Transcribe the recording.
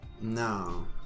No